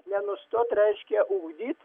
nenustot reiškia ugdyt